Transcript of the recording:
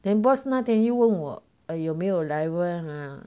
then boss 那天又问我呃有没有来问啊